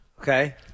Okay